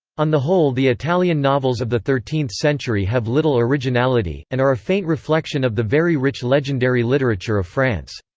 on the whole the italian novels of the thirteenth century have little originality, and are a faint reflection of the very rich legendary literature of france.